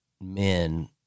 men